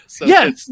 Yes